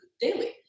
daily